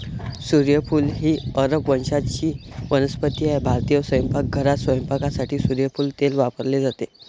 सूर्यफूल ही अरब वंशाची वनस्पती आहे भारतीय स्वयंपाकघरात स्वयंपाकासाठी सूर्यफूल तेल वापरले जाते